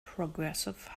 progressive